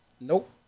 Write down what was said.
Nope